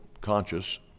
conscious